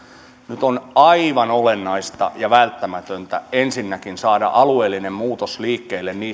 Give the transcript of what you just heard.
nyt on aivan olennaista ja välttämätöntä ensinnäkin saada alueellinen muutos liikkeelle